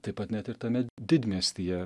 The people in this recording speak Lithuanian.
taip pat net ir tame didmiestyje